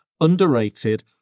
underrated